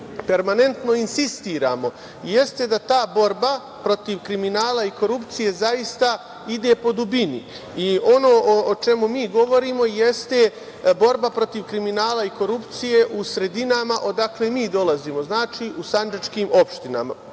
permanentno insistiramo jeste da ta borba protiv kriminala i korupcije zaista ide po dubini. Ono o čemu mi govorimo jeste borba protiv kriminala i korupcije u sredinama odakle mi dolazimo, znači u sandžačkim opštinama. Prošle